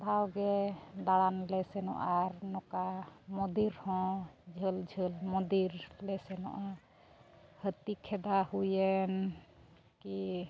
ᱫᱷᱟᱣ ᱜᱮ ᱫᱟᱬᱟᱱ ᱞᱮ ᱥᱮᱱᱚᱜᱼᱟ ᱟᱨ ᱱᱚᱠᱟ ᱢᱚᱱᱫᱤᱨ ᱦᱚᱸ ᱡᱷᱟᱹᱞ ᱡᱷᱟᱹᱞ ᱢᱚᱱᱫᱤᱨ ᱞᱮ ᱥᱮᱱᱚᱜᱼᱟ ᱦᱟᱹᱛᱤ ᱠᱷᱮᱫᱟ ᱦᱩᱭᱮᱱ ᱠᱤ